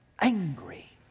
angry